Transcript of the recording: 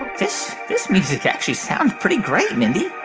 this this music actually sounds pretty great, mindy